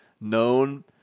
known